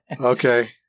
okay